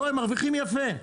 הם מרוויחים יפה.